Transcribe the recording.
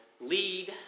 lead